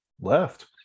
left